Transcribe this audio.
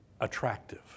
attractive